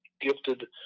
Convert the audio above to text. gifted